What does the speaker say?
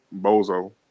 bozo